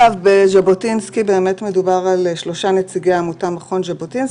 בחוק ז'בוטינסקי באמת מדובר על שלושה נציגי עמותה ממכון ז'בוטינסקי,